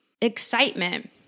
excitement